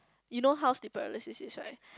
you know how deep paralysis is right